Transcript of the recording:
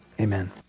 Amen